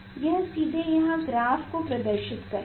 यह सीधे यहां ग्राफ को प्रदर्शित करेगा